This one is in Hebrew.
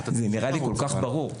זה נראה לי כל כך ברור.